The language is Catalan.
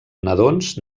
nadons